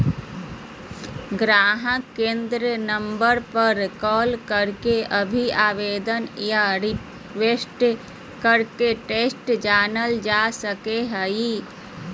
गाहक केंद्र नम्बर पर कॉल करके भी आवेदन या रिक्वेस्ट के स्टेटस जानल जा सको हय